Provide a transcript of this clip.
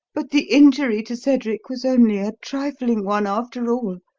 but the injury to cedric was only a trifling one after all.